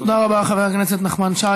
תודה רבה לחבר הכנסת נחמן שי.